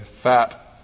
fat